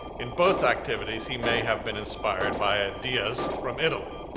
in both activities he may have been inspired by ah diaz from italy.